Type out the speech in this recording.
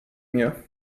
mir